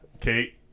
Kate